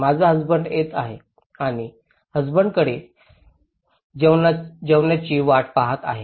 माझा हसबंड येत आहे आणि हसबंडकडे जेवणाची वाट पाहत आहे